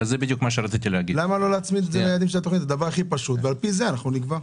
זה הדבר הכי פשוט, ועל פי זה אנחנו נקבע.